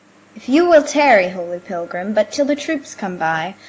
if you will tarry, holy pilgrim, but till the troops come by,